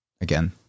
Again